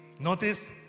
Notice